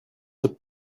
the